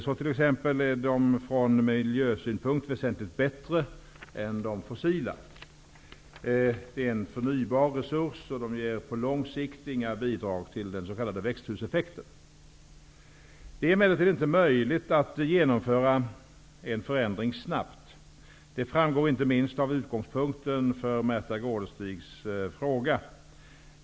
Så t.ex. är de från miljösynpunkt väsentligt bättre än de fossila. De är en förnybar resurs och de ger på lång sikt inga bidrag till den s.k. växthuseffekten. Det är emellertid inte möjligt att genomföra en förändring snabbt. Det framgår inte minst av utgångspunkten för Märtha Gårdestigs fråga.